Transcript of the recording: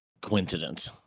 coincidence